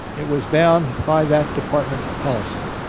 it was bound by that department policy.